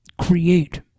create